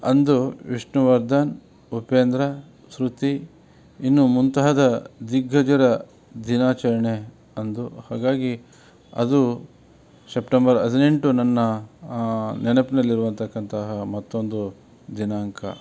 ಅಂದು ವಿಷ್ಣುವರ್ಧನ್ ಉಪೇಂದ್ರ ಶ್ರುತಿ ಇನ್ನೂ ಮುಂತಾದ ದಿಗ್ಗಜರ ದಿನಾಚರಣೆ ಅಂದು ಹಾಗಾಗಿ ಅದು ಸೆಪ್ಟೆಂಬರ್ ಹದಿನೆಂಟು ನನ್ನ ನೆನಪಿನಲ್ಲಿರುವಂತಕ್ಕಂತಹ ಮತ್ತೊಂದು ದಿನಾಂಕ